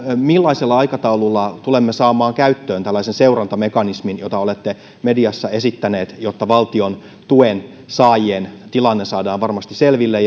millaisella aikataululla tulemme saamaan käyttöön tällaisen seurantamekanismin jota olette mediassa esittänyt jotta valtion tuen saajien tilanne saadaan varmasti selville